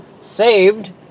saved